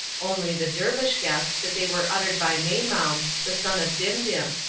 only the dervish guessed that they were uttered by maimoum the son of dimdim,